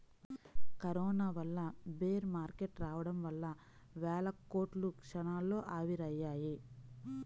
corona వల్ల bear market రావడం వల్ల వేల కోట్లు క్షణాల్లో ఆవిరయ్యాయి